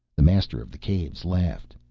the master of the caves laughed.